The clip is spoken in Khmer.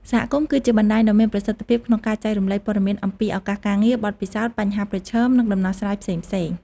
សហគមន៍គឺជាបណ្តាញដ៏មានប្រសិទ្ធភាពក្នុងការចែករំលែកព័ត៌មានអំពីឱកាសការងារ បទពិសោធន៍ បញ្ហាប្រឈម និងដំណោះស្រាយផ្សេងៗ ។